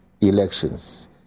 elections